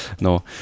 no